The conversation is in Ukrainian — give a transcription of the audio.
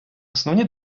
основні